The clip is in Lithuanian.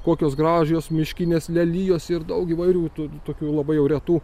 kokios gražios miškinės lelijos ir daug įvairių tų tokių labai jau retų